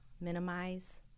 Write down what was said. minimize